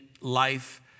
life